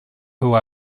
who